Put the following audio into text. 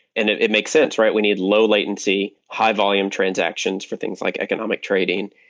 and it it makes sense, right? we need low latency, high-volume transactions for things like economic trading.